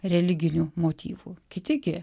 religinių motyvų kiti gi